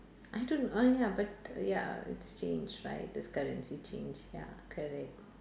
I don't uh ya but ya it's changed right there's currency change ya correct